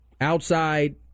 Outside